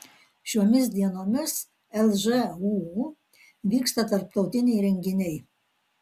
šiomis dienomis lžūu vyksta tarptautiniai renginiai